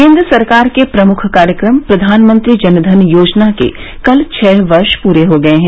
केन्द्र सरकार के प्रमुख कार्यक्रम प्रधानमंत्री जनधन योजना के कल छह वर्ष प्रे हो गए हैं